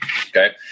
Okay